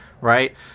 Right